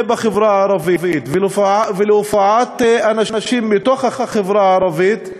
בחברה הערבית ולהופעת אנשים בתוך החברה הערבית,